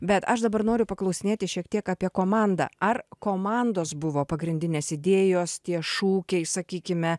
bet aš dabar noriu paklausinėti šiek tiek apie komandą ar komandos buvo pagrindinės idėjos tie šūkiai sakykime